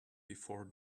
before